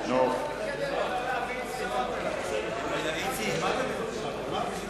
תתחיל